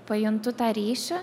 pajuntu tą ryšį